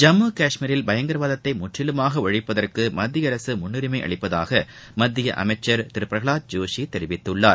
ஜம்மு காஷ்மீரில் பயங்கரவாதத்தை முற்றிலுமாக ஒழிப்பதற்கு மத்திய அரசு மூன்றரிமை அளிப்பதாக மத்திய அமைச்சர் திரு பிரகலாத் ஜோஷி தெரிவித்துள்ளார்